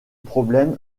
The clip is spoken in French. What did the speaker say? problème